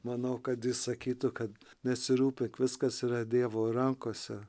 manau kad jis sakytų kad nesirūpink viskas yra dievo rankose